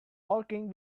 walking